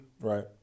right